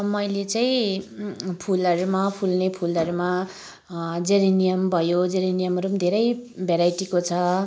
अँ मैले चाहिँ फुलहरूमा फुल्ने फुलहरूमा जेरिनियम भयो जेरिनियमहरूम धेरै भेराइटीको छ